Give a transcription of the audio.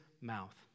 mouth